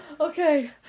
okay